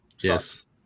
Yes